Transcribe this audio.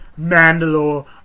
Mandalore